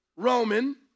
Roman